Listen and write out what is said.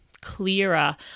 clearer